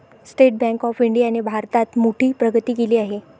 state Bank of इंडियाने भारतात मोठी प्रगती केली आहे